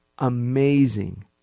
amazing